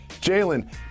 Jalen